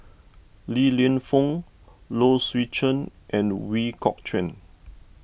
Li Lienfung Low Swee Chen and Ooi Kok Chuen